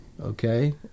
okay